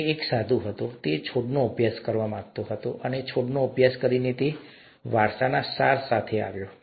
તે એક સાધુ હતો તે છોડનો અભ્યાસ કરવા માંગતો હતો અને છોડનો અભ્યાસ કરીને તે વારસાના સાર સાથે આવ્યો